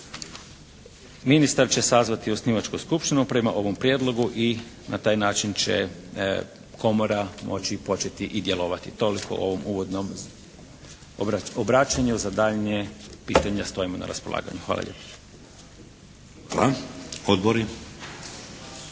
Ministar će sazvati osnivačku skupštinu prema ovom prijedlogu i na taj način će komora moći početi i djelovati. Toliko u ovom uvodnom obraćanju. Za daljnja pitanja stojimo na raspolaganju. Hvala lijepa. **Šeks,